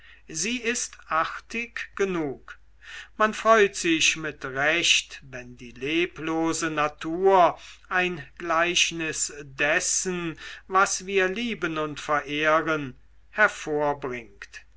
sie ist artig genug man freut sich mit recht wenn die leblose natur ein gleichnis dessen was wir lieben und verehren hervorbringt